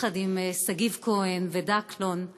יחד עם שגיב כהן ודקלון.